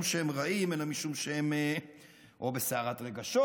שהם רעים אלא משום שהם בסערת רגשות,